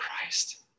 Christ